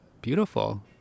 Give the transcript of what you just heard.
beautiful